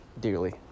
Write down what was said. dearly